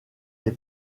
les